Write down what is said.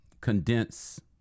condense